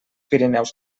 pirineus